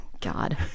god